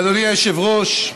אדוני היושב-ראש,